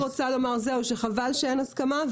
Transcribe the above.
חבל שאין הסכמה,